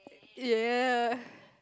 ya